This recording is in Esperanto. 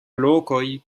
lokoj